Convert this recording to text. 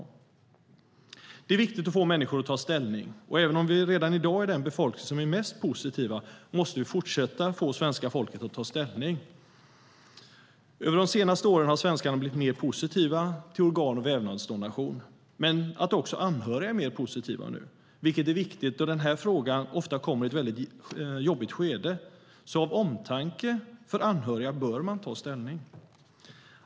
Det är viktigt att få människor att ta ställning. Även om vi redan i dag är den befolkning som är mest positiv måste vi fortsätta att få svenska folket att ta ställning. Under de senaste åren har svenskarna blivit mer positiva till organ och vävnadsdonation. Också anhöriga är mer positiva nu, vilket är viktigt då den här frågan ofta kommer i ett väldigt jobbigt skede. Av omtanke om anhöriga bör man ta ställning.